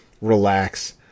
relax